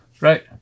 Right